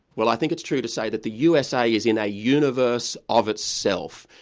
well i think it's true to say that the usa is in a universe of itself,